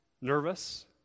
nervous